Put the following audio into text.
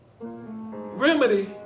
remedy